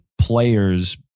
players